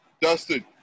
Dustin